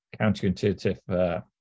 counterintuitive